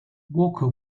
walker